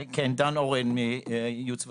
אני מייעוץ וחקיקה,